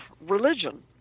religion